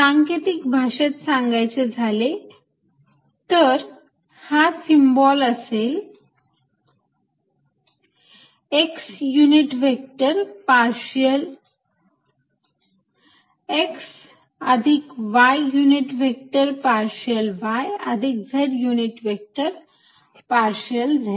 सांकेतिक भाषेत लिहायचे झाले तर हा सिम्बॉल असेल x unit vector partial x अधिक y unit vector partial y अधिक z unit vector partial z